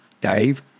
Dave